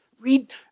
Read